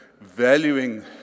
valuing